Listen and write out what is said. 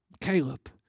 Caleb